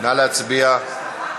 נא להצביע.